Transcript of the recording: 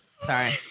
Sorry